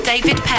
David